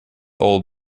old